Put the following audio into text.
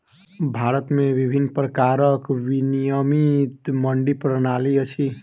भारत में विभिन्न प्रकारक विनियमित मंडी प्रणाली अछि